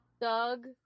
Doug